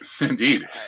Indeed